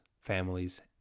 families